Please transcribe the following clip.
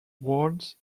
words